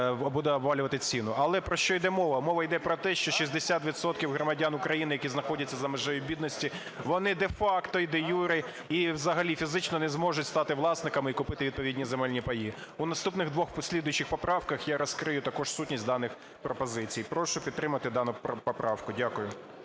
буде обвалювати ціну. Але про що йде мова? Мова йде про те, що 60 відсотків громадян України, які знаходять за межею бідності, вони де-факто і де-юре, і взагалі фізично не зможуть стати власниками і купити відповідні земельні паї. У наступних двох послідуючих поправках я розкрию також сутність даних пропозицій. Прошу підтримати дану поправку. Дякую.